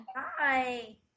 Hi